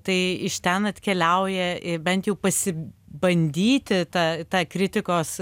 tai iš ten atkeliauja i bent jau pasi bandyti tą tą kritikos